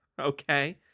Okay